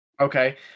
Okay